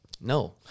No